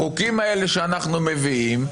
החוקים האלה שאנחנו מביאים,